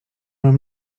mam